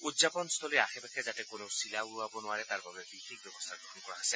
উদযাপনস্থলীৰ আশে পাশে যাতে কোনেও চিলা উৰুৱাব নোৱাৰে তাৰ বাবে বিশেষ ব্যৱস্থা গ্ৰহণ কৰা হৈছে